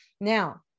Now